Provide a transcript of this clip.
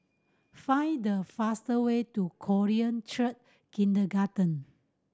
find the fastest way to Korean Church Kindergarten